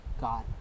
God